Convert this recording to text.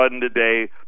today